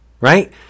Right